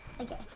Okay